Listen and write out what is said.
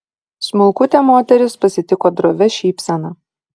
smulkutė moteris pasitiko drovia šypsena